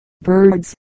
birds